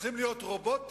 צריכים להיות רובוטים?